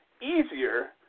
easier